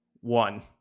One